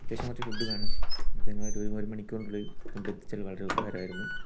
അത്യാവശ്യമായിട്ട് ഫുഡ് വേണം അപ്പോൾ നിങ്ങൾ ഒരു മണിക്കൂറിനുള്ളിൽ ഫുഡ് എത്തിച്ചാൽ വളരെ ഉപകാരമായിരുന്നു